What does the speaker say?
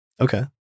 Okay